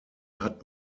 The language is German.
hat